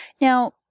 Now